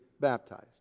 baptized